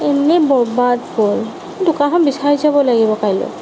এনে বৰবাদ গ'ল দোকানখন বিচাৰি যাব লাগিব কাইলে